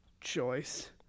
choice